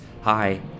hi